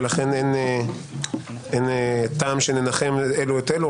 ולכן אין טעם שננחם אלו את אלו,